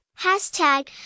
hashtag